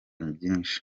byinshi